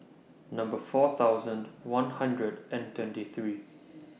Number four thousand one hundred and twenty three